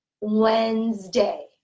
Wednesday